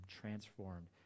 transformed